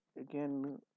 again